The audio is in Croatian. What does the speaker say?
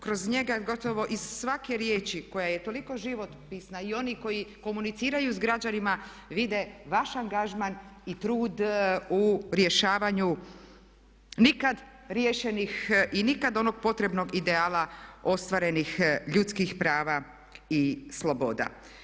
Kroz njega gotovo iz svake riječi koja je toliko životopisna i oni koji komuniciraju s građanima vide vaš angažman i trud u rješavanju nikad riješenih i nikad onog potrebnog ideala ostvarenih ljudskih prava i sloboda.